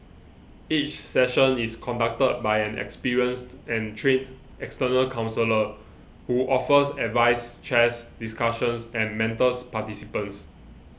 each session is conducted by an experienced and trained external counsellor who offers advice chairs discussions and mentors participants